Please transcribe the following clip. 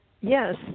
yes